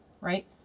Right